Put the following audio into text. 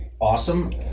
awesome